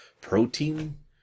protein